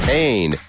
Pain